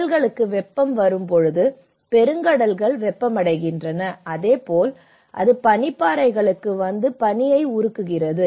கடல்களுக்கு வெப்பம் வரும்போது பெருங்கடல்கள் வெப்பமடைகின்றன அதேபோல் அது பனிப்பாறைகளுக்கு வந்து பனியை உருக்குகிறது